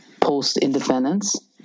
post-independence